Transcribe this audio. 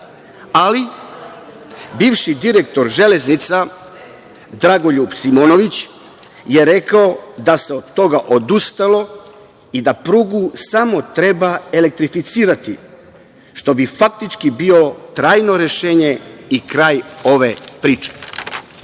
Panteleja. Bivši direktor „Železnica“ Dragoljub Simonović je rekao da se od toga odustalo i da prugu samo treba elektrificirati, što bi faktički bilo i trajno rešenje i kraj ove priče.